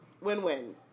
Win-win